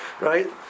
right